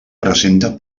presenta